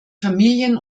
familien